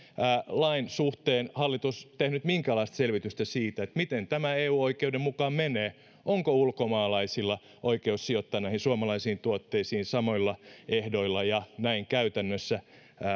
lain suhteen hallitus tehnyt minkäänlaista selvitystä siitä miten tämä eu oikeuden mukaan menee onko ulkomaalaisilla oikeus sijoittaa näihin suomalaisiin tuotteisiin samoilla ehdoilla ja näin käytännössä